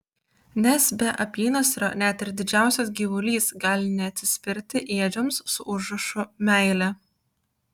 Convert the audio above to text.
nes be apynasrio net ir didžiausias gyvulys gali neatsispirti ėdžioms su užrašu meilė